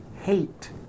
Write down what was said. hate